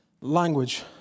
language